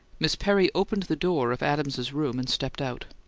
miss perry opened the door of adams's room and stepped out.